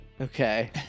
okay